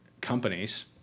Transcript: companies